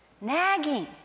Nagging